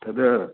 तद्